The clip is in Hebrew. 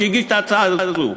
שהגיש את ההצעה הזאת,